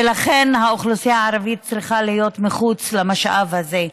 ולכן האוכלוסייה הערבית צריכה להיות מחוץ למשאב הזה.